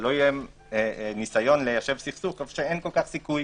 שלא יהיה ניסיון ליישב סכסוך כשאין סיכוי